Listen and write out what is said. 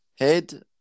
Head